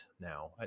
now